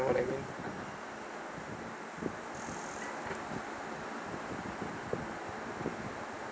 what I mean